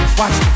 watch